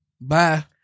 bye